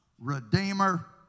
Redeemer